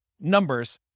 numbers